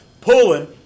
pulling